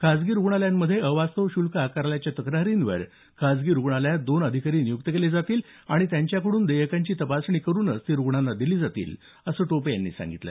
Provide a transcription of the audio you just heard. खासगी रुग्णालयांमध्ये अवास्तव शुल्क आकारल्याच्या तक्रारींवर खासगी रुग्णालयात दोन अधिकारी नियुक्त केले जातील आणि त्यांच्याकडून देयकांची तपासणी करूनच ती रूग्णांना दिली जातील असं टोपे यांनी यावेळी सांगितलं